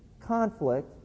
conflict